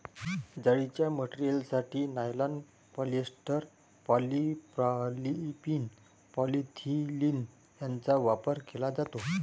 जाळीच्या मटेरियलसाठी nylon, polyester, polypropylene, polyethylene यांचा वापर केला जातो